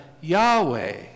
Yahweh